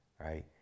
right